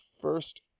first